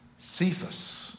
Cephas